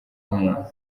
w’umuntu